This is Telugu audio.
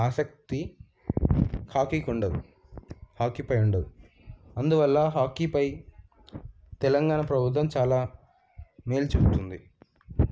ఆసక్తి హాకీకి ఉండదు హాకీపై ఉండదు అందువల్ల హాకీపై తెలంగాణ ప్రభుత్వం చాలా మేలు చూపుతుంది